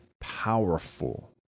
powerful